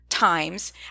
times